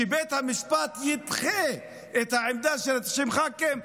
שבית המשפט ידחה את העמדה של 90 הח"כים,